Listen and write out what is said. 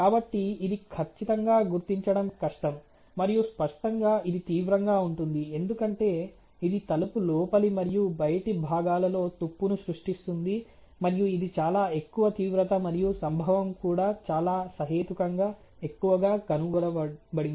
కాబట్టి ఇది ఖచ్చితంగా గుర్తించటం కష్టం మరియు స్పష్టంగా ఇది తీవ్రంగా ఉంటుంది ఎందుకంటే ఇది తలుపు లోపలి మరియు బయటి భాగాలలో తుప్పును సృష్టిస్తుంది మరియు ఇది చాలా ఎక్కువ తీవ్రత మరియు సంభవం కూడా చాలా సహేతుకంగా ఎక్కువగా కనుగొనబడింది